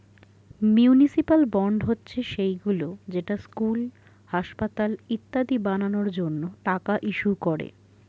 municipal bond হচ্ছে সেইগুলো যেটা স্কুল, হাসপাতাল ইত্যাদি বানানোর জন্য টাকা ইস্যু করে